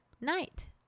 night